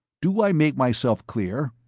do i make myself clear?